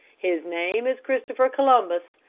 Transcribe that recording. his name is christopher columbus,